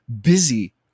busy